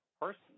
person